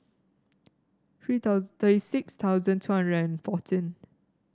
three thirty six thousand two hundred and fourteen